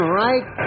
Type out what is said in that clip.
right